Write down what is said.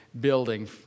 building